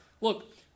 Look